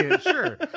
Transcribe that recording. Sure